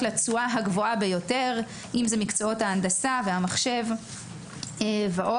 לתשואה הגבוהה ביותר במקצועות ההנדסה והמחשב ועוד.